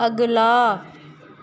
अगला